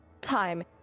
time